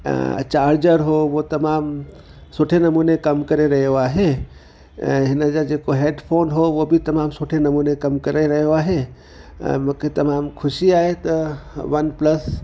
ऐं चार्जर हुओ उहो तमामु सुठे नमूने कमु करे रहियो आहे ऐं हिनजा जेको हेडफोन हुओ उहो बि तमामु सुठे नमूने कमु करे रहियो आहे ऐं मूंखे तमामु ख़ुशी आहे त वनप्लस